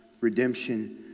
Redemption